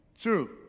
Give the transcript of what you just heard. True